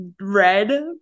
red